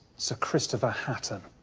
sir christopher hatton.